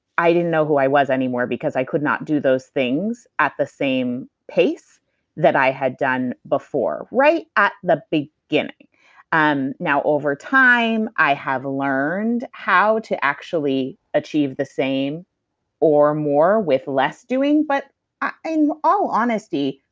didn't know who i was anymore because i could not do those things at the same pace that i had done before, right at the the beginning and now, over time, i have learned how to actually achieve the same or more with less doing. but in in all honesty,